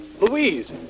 Louise